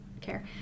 care